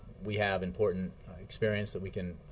we have important experience that we can